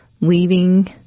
leaving